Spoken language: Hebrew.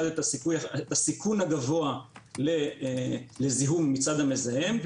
את הסיכון הגבוה לזיהום מצד המזהם,